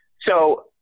So-